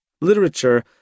Literature